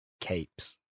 capes